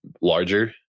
larger